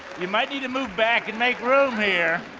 you might need to move back and make room here.